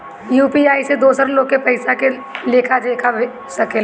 UPI से दोसर लोग के पइसा के लेखा भेज सकेला?